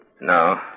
No